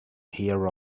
here